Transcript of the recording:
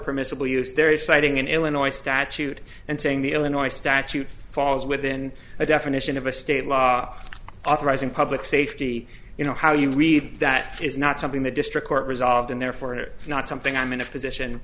permissible use there is citing an illinois statute and saying the illinois statute falls within the definition of a state law authorizing public safety you know how you read that is not something the district court resolved and therefore it is not something i'm in a position